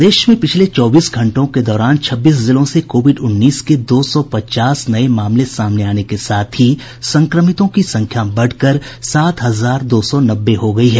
प्रदेश में पिछले चौबीस घंटों के दौरान छब्बीस जिलों से कोविड उन्नीस के दो सौ पचास नये मामले सामने आने के साथ ही संक्रमितों की संख्या बढ़कर सात हजार दो सौ नब्बे हो गयी है